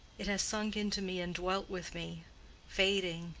it has sunk into me and dwelt with me fading,